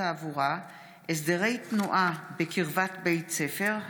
פקודת התעבורה (הסדרי תנועה בקרבת בית ספר),